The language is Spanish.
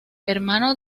hermano